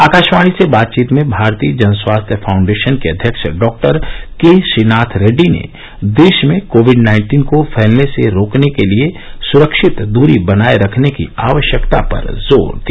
आकाशवाणी से बातचीत में भारतीय जन स्वास्थ्य फाउंडेशन के अध्यक्ष डॉ के श्रीनाथ रेड्डी ने देश में कोविड नाइन्टीन को फैलने से रोकने के लिए सुरक्षित दूरी बनाये रखने की आवश्यकता पर जोर दिया